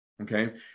Okay